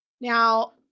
Now